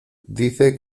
dice